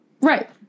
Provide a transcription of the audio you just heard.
Right